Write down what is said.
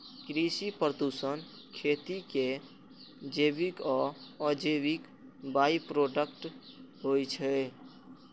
कृषि प्रदूषण खेती के जैविक आ अजैविक बाइप्रोडक्ट होइ छै